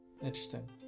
Interesting